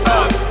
up